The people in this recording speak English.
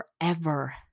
forever